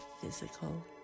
physical